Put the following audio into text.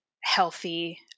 healthy